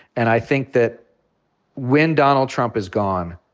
and i think that when donald trump is gone,